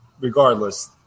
regardless